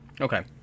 Okay